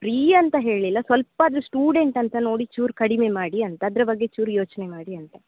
pre ಅಂತ ಹೇಳಲಿಲ್ಲ ಸ್ವಲ್ಪಾದ್ರೂ ಸ್ಟೂಡೆಂಟ್ ಅಂತ ನೋಡಿ ಚೂರು ಕಡಿಮೆ ಮಾಡಿ ಅಂತ ಅದರ ಬಗ್ಗೆ ಚೂರು ಯೋಚನೆ ಮಾಡಿ ಅಂತ